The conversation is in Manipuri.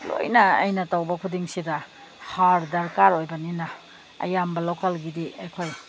ꯂꯣꯏꯅ ꯑꯩꯅ ꯇꯧꯕ ꯈꯨꯗꯤꯡꯁꯤꯗ ꯍꯥꯔ ꯗꯔꯀꯥꯔ ꯑꯣꯏꯕꯅꯤꯅ ꯑꯌꯥꯝꯕ ꯂꯣꯀꯦꯜꯒꯤꯗꯤ ꯑꯩꯈꯣꯏ